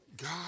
God